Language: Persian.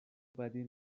بدی